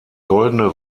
goldene